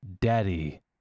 daddy